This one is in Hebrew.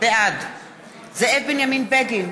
בעד זאב בנימין בגין,